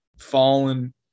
fallen